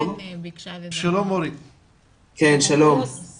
כלו כמה